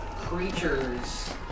creatures